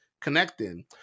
connecting